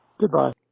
Goodbye